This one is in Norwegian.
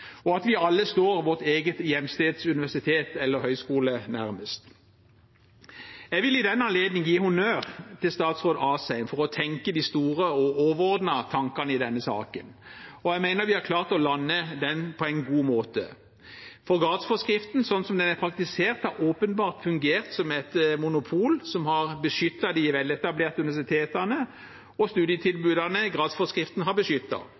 og at vi alle står vårt eget hjemsted, vårt eget universitet eller vår egen høyskole nærmest. Jeg vil i den anledning gi honnør til statsråd Asheim for å tenke de store og overordnede tankene i denne saken, og jeg mener vi har klart å lande den på en god måte. For gradsforskriften slik som den er praktisert, har åpenbart fungert som et monopol som har beskyttet de veletablerte universitetene og